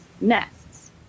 nests